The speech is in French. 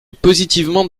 positivement